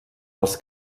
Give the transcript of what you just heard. els